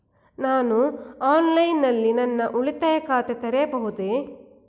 ನಾನು ಆನ್ಲೈನ್ ನಲ್ಲಿ ನನ್ನ ಉಳಿತಾಯ ಖಾತೆ ತೆರೆಯಬಹುದೇ?